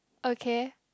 okay